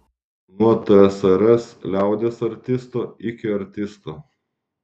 nuo tsrs liaudies artisto iki artisto